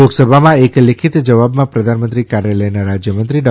લોકસભામાં એક લેખિત જવાબમાં પ્રધાનમંત્રી કાર્યાલયના રાજયમંત્રી ડૉ